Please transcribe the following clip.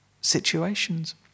situations